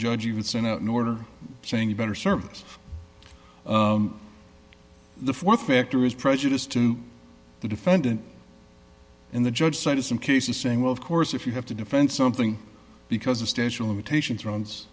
judge even sent out an order saying you better service the th factor is prejudiced to the defendant and the judge cited some cases saying well of course if you have to defend something because the station limitations run